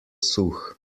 suh